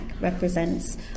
represents